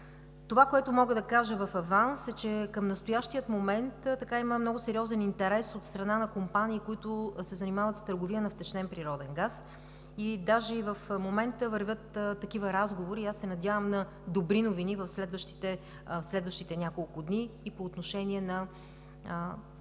Това, което мога да кажа в аванс, е, че към настоящия момент има много сериозен интерес от страна на компании, които се занимават с търговия на втечнен природен газ. Даже в момента вървят такива разговори и аз се надявам на добри новини в следващите няколко дни по отношение на